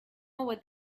over